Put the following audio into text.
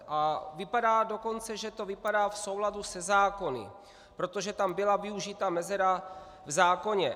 A vypadá dokonce, že to vypadá v souladu se zákony, protože tam byla využita mezera v zákoně.